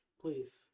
Please